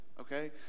okay